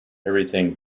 everything